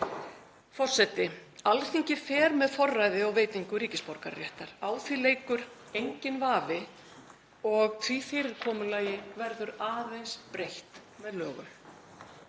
Forseti Alþingis fer með forræði á veitingu ríkisborgararéttar. Á því leikur enginn vafi og því fyrirkomulagi verður aðeins breytt með lögum.